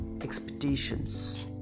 expectations